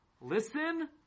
Listen